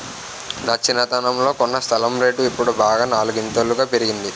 నా చిన్నతనంలో కొన్న స్థలం రేటు ఇప్పుడు బాగా నాలుగింతలు పెరిగింది